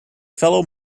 fellow